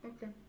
Okay